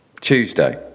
Tuesday